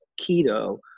keto